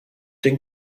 den